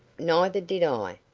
neither did i.